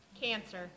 cancer